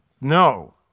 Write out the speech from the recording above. no